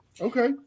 Okay